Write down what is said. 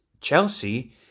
Chelsea